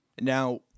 now